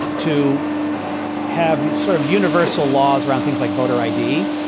to have sort of universal laws around things like voter i d,